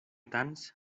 tants